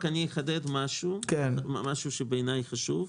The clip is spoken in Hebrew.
רק אחדד משהו שהוא חשוב בעיניי,